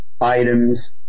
items